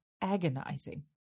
agonizing